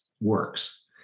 works